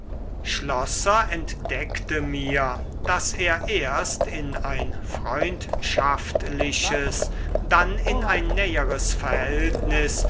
schlosser entdeckte mir daß er erst in ein freundschaftliches dann in ein näheres verhältnis